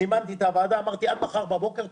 זימנתי את הוועדה ואמרתי: עד מחר בבוקר תשובות.